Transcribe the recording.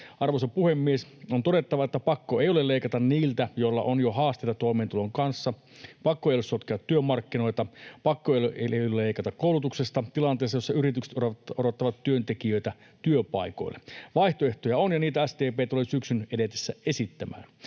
Arvoisa puhemies! On todettava, että pakko ei ole leikata niiltä, joilla on jo haasteita toimeentulon kanssa. Pakko ei ole sotkea työmarkkinoita. Pakko ei ole leikata koulutuksesta tilanteessa, jossa yritykset odottavat työntekijöitä työpaikoille. Vaihtoehtoja on, ja niitä SDP tulee syksyn edetessä esittämään.